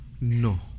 No